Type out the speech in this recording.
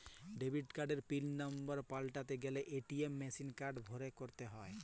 debit কার্ডের PIN number পাল্টাতে গ্যালে এ.টি.এম মেশিলে কার্ড ভরে ক্যরতে হ্য়য়